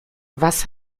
was